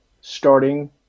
starting